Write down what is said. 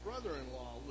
brother-in-law